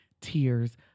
tears